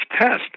test